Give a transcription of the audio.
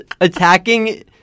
attacking